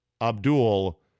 Abdul